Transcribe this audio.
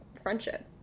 friendship